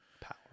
power